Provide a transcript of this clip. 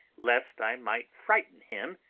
lest i might frighten him,